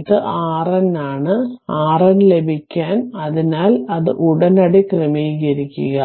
ഇത് RN ആണ് RN ലഭിക്കാൻ അതിനാൽ അത് ഉടനടി ക്രമീകരിക്കുക